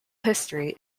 history